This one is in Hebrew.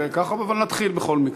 אבל נתחיל, בכל מקרה.